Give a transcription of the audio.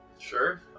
sure